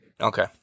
Okay